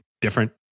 different